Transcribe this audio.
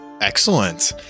Excellent